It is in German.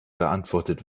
beantwortet